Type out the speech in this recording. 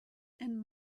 and